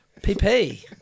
PP